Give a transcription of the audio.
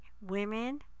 women